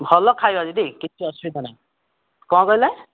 ଭଲ ଖାଇବା ଦିଦି କିଛି ଅସୁବିଧା ନାହିଁ କ'ଣ କହିଲେ